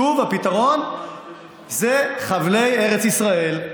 שוב, הפתרון זה חבלי ארץ ישראל.